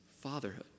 fatherhood